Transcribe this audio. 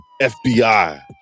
fbi